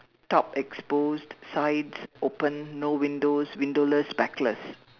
top exposed sides open no windows windowless backless